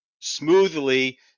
smoothly